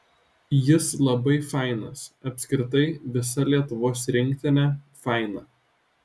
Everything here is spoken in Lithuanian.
jis labai fainas apskritai visa lietuvos rinktinė faina